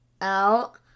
out